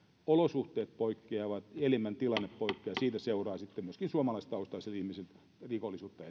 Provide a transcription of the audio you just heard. olosuhteet poikkeavat elämäntilanne poikkeaa ja siitä seuraa sitten myöskin enemmän suomalaistaustaisten ihmisten rikollisuutta